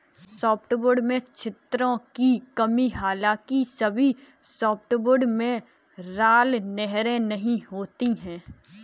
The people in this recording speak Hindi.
सॉफ्टवुड में छिद्रों की कमी हालांकि सभी सॉफ्टवुड में राल नहरें नहीं होती है